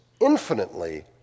infinitely